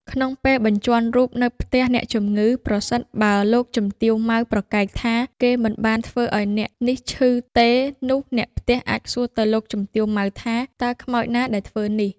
ក្នុងពេលបញ្ជាន់រូបនៅផ្ទះអ្នកជំងឺ ប្រសិនបើលោកជំទាវ ម៉ៅ ប្រកែកថា គេមិនបានធ្វើឲ្យអ្នកនេះឈឺទេនោះ អ្នកផ្ទះអាចសួរទៅលោកជំទាវ ម៉ៅ វិញថា តើខ្មោចណាដែលធ្វើនេះ?